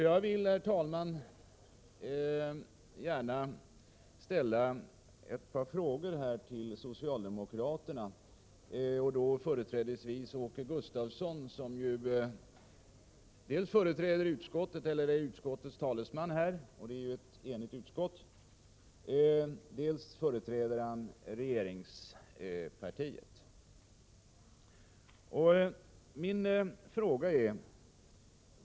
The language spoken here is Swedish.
Jag vill, herr talman, gärna ställa ett par frågor till socialdemokraterna, och då i första hand till Åke Gustavsson, som dels är utskottets talesman — och det är ju ett enigt utskott — dels företräder regeringspartiet.